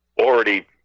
already